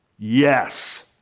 Yes